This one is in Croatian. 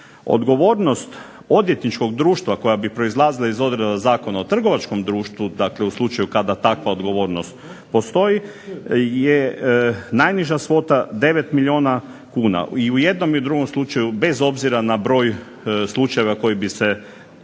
Odgovornost odvjetničkog društva koja bi proizlazila iz odredbi Zakona o trgovačkom društvu, dakle u slučaju kada takva odgovornost postoji, je najniža svota 9 milijuna kuna i u jednom i u drugom slučaju bez obzira na broj slučajeva koji bi se